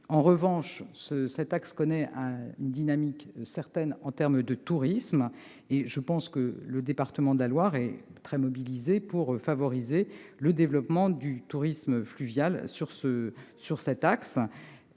En revanche, cet axe connaît une dynamique touristique certaine, et je pense que le département de la Loire est très mobilisé pour y favoriser le développement du tourisme fluvial. Les